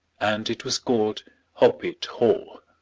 and it was called hoppet hall,